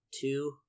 two